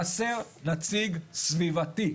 חסר נציג סביבתי.